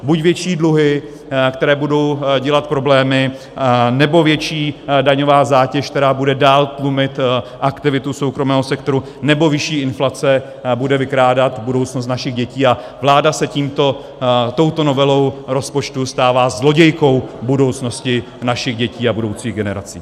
Buď větší dluhy, které budou dělat problémy, nebo větší daňová zátěž, která bude dál tlumit aktivitu soukromého sektoru, nebo vyšší inflace bude vykrádat budoucnost našich dětí a vláda se touto novelou rozpočtu stává zlodějkou budoucnosti našich dětí a budoucích generací.